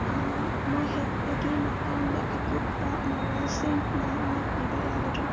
ꯑꯃ ꯍꯦꯛꯇꯒꯤ ꯃꯇꯥꯡꯗ ꯑꯀꯨꯞꯄ ꯃꯔꯣꯜꯁꯤꯡ ꯅꯍꯥꯛꯅ ꯄꯤꯕ ꯌꯥꯒꯗ꯭ꯔꯥ